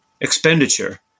expenditure